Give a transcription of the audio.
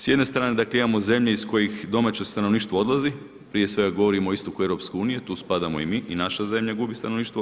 S jedne strane dakle imamo zemlje iz kojih domaće stanovništvo odlazi, prije svega govorim o istoku EU, tu spadamo i mi i naša zemlja gubi stanovništvo.